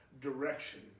direction